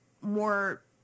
more